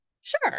Sure